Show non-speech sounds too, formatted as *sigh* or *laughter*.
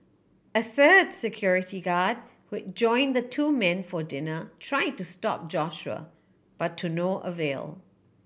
a third security guard who *unintelligible* join the two men for dinner try to stop Joshua but to no avail